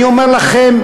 אני אומר לכם,